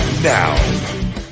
Now